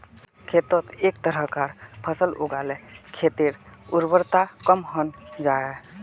खेतोत एके तरह्कार फसल लगाले खेटर उर्वरता कम हन जाहा